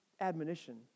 admonition